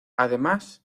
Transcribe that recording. además